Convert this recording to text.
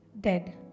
dead